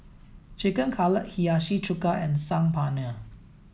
Chicken Cutlet Hiyashi chuka and Saag Paneer